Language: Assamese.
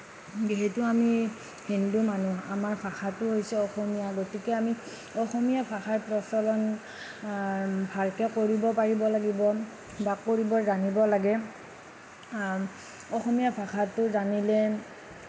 যিহেতু আমি হিন্দু মানুহ আমাৰ ভাষাটো হৈছে অসমীয়া গতিকে আমি অসমীয়া ভাষাৰ প্ৰচলন ভালকে কৰিব পাৰিব লাগিব বা কৰিব জানিব লাগে অসমীয়া ভাষাটো জানিলে